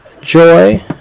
joy